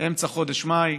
באמצע חודש מאי,